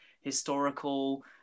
historical